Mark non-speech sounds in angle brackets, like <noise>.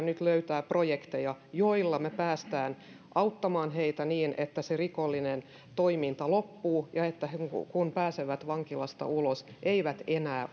<unintelligible> nyt löytää projekteja joilla me pääsemme auttamaan heitä niin että se rikollinen toiminta loppuu ja kun he pääsevät vankilasta ulos eivät enää <unintelligible>